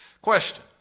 Question